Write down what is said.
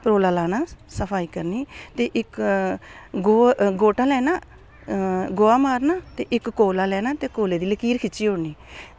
परोला लाना सफाई करनी ते इक्क गोह्टा लैना गोहा मारना अक्क कोला लैना ते कोलै दी लकीर खिच्ची ओड़नी